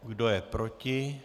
Kdo je proti?